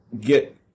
get